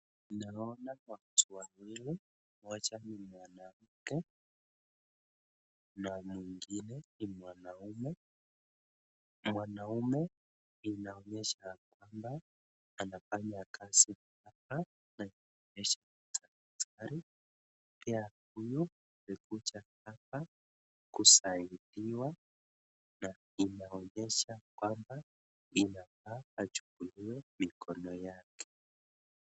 Tunaona watu wawili mmoja ni mwanamke na mwingine ni mwanume inaonyesha kwamba anafanya kazi na shirika la serikali, pia huyu amekuja hapa kusaidiwa na inaonyesha kwamba inafaa achukuliwe mikono yake.